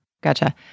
gotcha